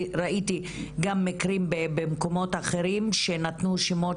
ראיתי גם מקרים במקומות אחרים שנתנו שמות